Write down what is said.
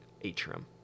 atrium